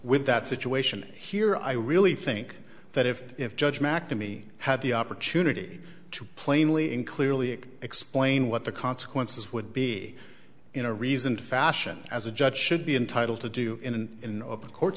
with that situation here i really think that if if judge mcnamee had the opportunity to plainly and clearly explain what the consequences would be in a reasoned fashion as a judge should be entitled to do in a court